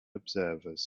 observers